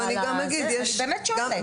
אני באמת שואלת.